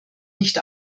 nicht